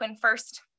first